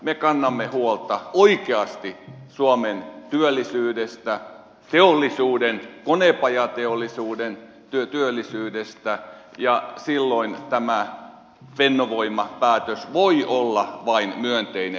me kannamme huolta oikeasti suomen työllisyydestä teollisuuden konepajateollisuuden työllisyydestä ja silloin tämä fennovoima päätös voi olla vain myönteinen